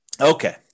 Okay